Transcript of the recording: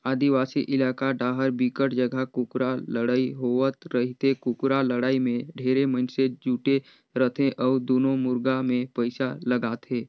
आदिवासी इलाका डाहर बिकट जघा कुकरा लड़ई होवत रहिथे, कुकरा लड़ाई में ढेरे मइनसे जुटे रथे अउ दूनों मुरगा मे पइसा लगाथे